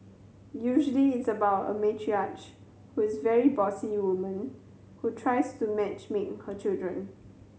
usually it's about a matriarch with very bossy woman who tries to match make her children